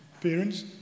Parents